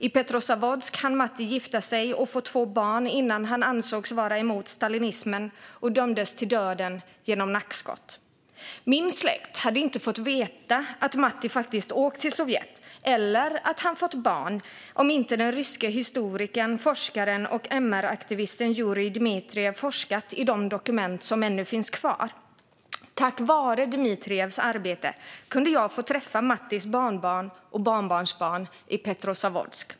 I Petrozavodsk hann Matti gifta sig och få två barn innan han ansågs vara emot stalinismen och dömdes till döden genom nackskott. Min släkt hade inte fått veta att Matti faktiskt åkt till Sovjet eller att han fått barn om inte den ryske historikern, forskaren och MR-aktivisten Jurij Dmitrijev forskat i de dokument som ännu finns kvar. Tack vare Dmitrijevs arbete kunde jag få träffa Mattis barnbarn och barnbarnsbarn i Petrozavodsk.